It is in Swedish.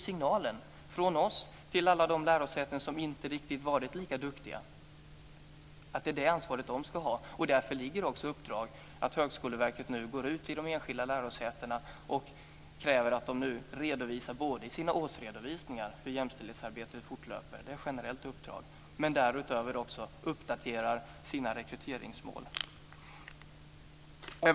Signalen från oss till alla de lärosäten som inte varit riktigt lika duktiga får bli att det är det ansvaret de ska ha. Därför ligger också ett uppdrag att Högskoleverket nu går ut till de enskilda lärosätena och kräver att de redovisar i sina årsredovisningar hur jämställdhetsarbetet fortlöper, och därutöver uppdaterar sina rekryteringsmål.